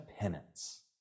penance